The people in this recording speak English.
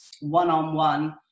one-on-one